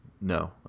no